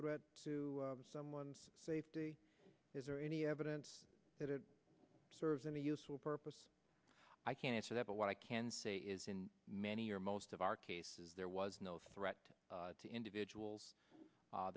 threat to someone's safety is there any evidence that it serves any useful purpose i can't answer that but what i can say is in many or most of our cases there was no threat to individuals